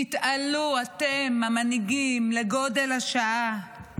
תתעלו אתם, המנהיגים, לגודל השעה.